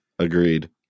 Agreed